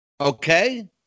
okay